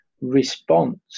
response